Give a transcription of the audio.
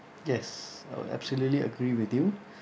yes I would absolutely agree with you